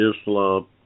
Islam